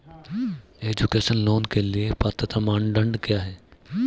Education loan के लिए पात्रता मानदंड क्या है?